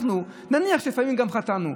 נניח שלפעמים גם אנחנו חטאנו,